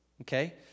okay